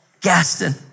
Gaston